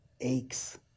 aches